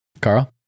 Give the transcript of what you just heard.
carl